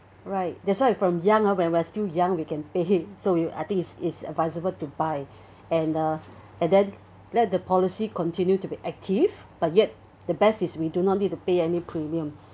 right that's why you from young when we're still young we can pay so you I think it is advisable to buy and the and then let the policy continue to be active but yet the best is we do not need to pay any premium